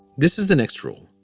this is the next rule.